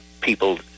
people